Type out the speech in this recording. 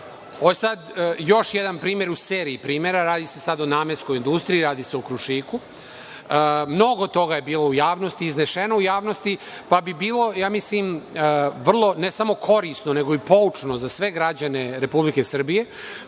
je sada još jedan primer u seriji primera. Radi se sada o namenskoj industriji, radi se o Krušiku. Mnogo toga je bilo u javnosti, iznešeno u javnosti, pa bi bilo, ja mislim, vrlo ne samo korisno nego i poučno za sve građane Republike Srbije